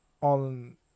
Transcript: on